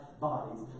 bodies